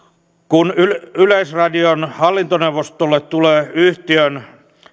kun yleisradion hallintoneuvostolle tulee yhtiön